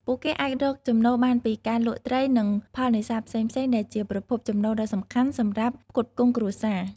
ពួកគេអាចរកចំណូលបានពីការលក់ត្រីនិងផលនេសាទផ្សេងៗ ដែលជាប្រភពចំណូលដ៏សំខាន់សម្រាប់ផ្គត់ផ្គង់គ្រួសារ។